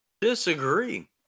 disagree